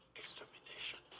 extermination